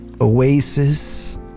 oasis